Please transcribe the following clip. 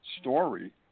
story